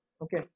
okay